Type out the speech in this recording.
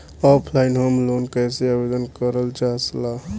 Online home loan कैसे आवेदन करल जा ला?